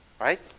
Right